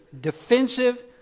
defensive